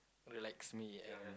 relax me and